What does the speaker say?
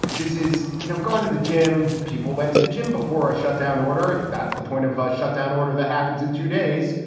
this is, you know, going to the gym. people went to the gym before a shutdown order. that's the point of a shutdown order that happens in two days.